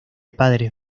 padres